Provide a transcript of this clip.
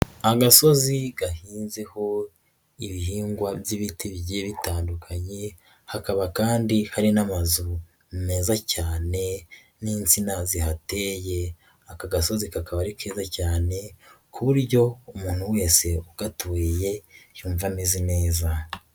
Agasozi gahinzeho ibihingwa by'ibiti bigiye bitandukanye, hakaba kandi hari n'amazu meza cyane n'insina zihateye, aka gasozi kakaba ari keza cyane ku buryo umuntu wese ugatuye yumva ameze neza.